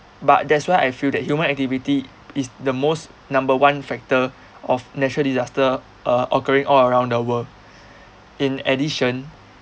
but that's why I feel that human activity is the most number one factor of natural disaster uh occurring all around the world in addition